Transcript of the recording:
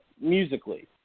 musically